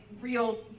real